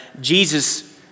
Jesus